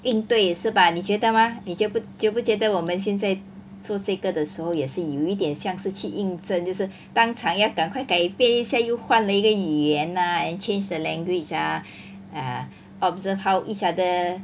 应对吧你觉得吗你觉不觉不觉得我们现在做这个的时候也是有一点像是去应征就是当场要赶快改变一下又换了一个语言 ah change the language ah uh observe how each other